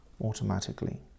Automatically